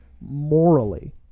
morally